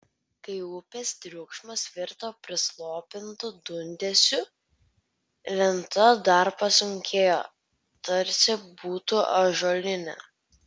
kai upės triukšmas virto prislopintu dundesiu lenta dar pasunkėjo tarsi būtų ąžuolinė